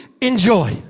enjoy